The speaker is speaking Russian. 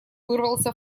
вырвался